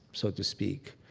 so to speak.